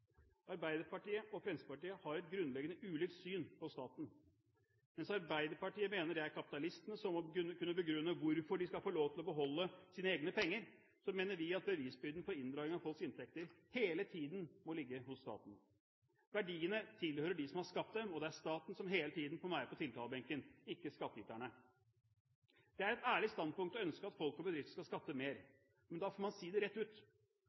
Arbeiderpartiet og Fremskrittspartiet har et grunnleggende ulikt syn på staten. Mens Arbeiderpartiet mener det er kapitalistene som må kunne begrunne hvorfor de skal få lov til å beholde sine egne penger, så mener vi at bevisbyrden for inndragning av folks inntekter hele tiden må ligge hos staten. Verdiene tilhører dem som har skapt dem, og det er staten som hele tiden må være på tiltalebenken, ikke skattyterne. Det er et ærlig standpunkt å ønske at folk og bedrifter skal skatte mer, men da får man si det rett ut,